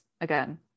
again